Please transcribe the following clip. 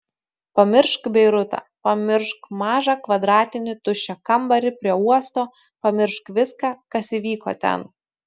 pamiršk beirutą pamiršk mažą kvadratinį tuščią kambarį prie uosto pamiršk viską kas įvyko ten